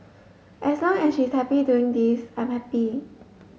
as long as she is happy doing this I'm happy